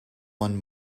one